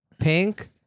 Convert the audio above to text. pink